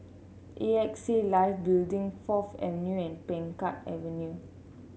A X A Life Building Fourth Avenue and Peng Kang Avenue